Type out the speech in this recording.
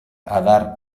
adar